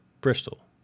Bristol